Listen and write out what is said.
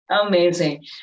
Amazing